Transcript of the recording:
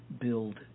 build